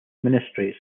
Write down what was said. ministries